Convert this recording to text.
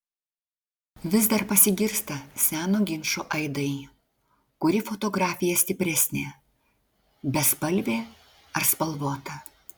vis dar pasigirsta seno ginčo aidai kuri fotografija stipresnė bespalvė ar spalvota